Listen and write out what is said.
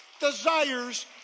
desires